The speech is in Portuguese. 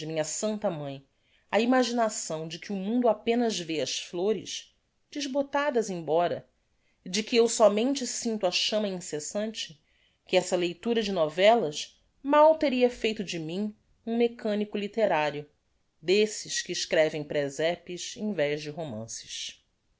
minha santa mãe a imaginação de que o mundo apenas vê as flores desbotadas embora e de que eu sómente sinto a chama incessante que essa leitura de novellas mal teria feito de mim um mecanico litterario desses que escrevem presepes em vez de romances